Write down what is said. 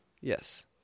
Yes